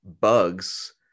Bugs